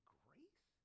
grace